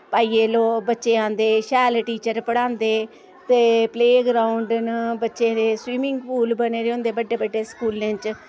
पाइयै लो बच्चे आंदे शैल टीचर पढ़ांदे ते प्ले ग्राउंड न बच्चें दे स्विमिंग पूल बने दे होंदे बड्डे बड्डे स्कूलें च